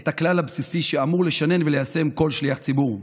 את הכלל הבסיסי שאמור לשנן וליישם כל שליח ציבור: